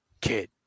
Kid